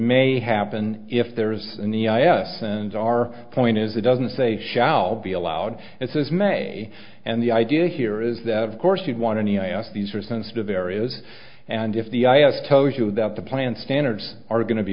may happen if there's any ins and our point is it doesn't say shall be allowed and since may and the idea here is that of course you want any i ask these are sensitive areas and if the i have told you that the plant standards are going to be